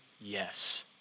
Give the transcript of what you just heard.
yes